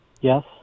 yes